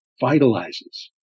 vitalizes